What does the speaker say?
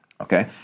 Okay